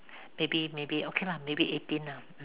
maybe maybe okay lah maybe eighteen lah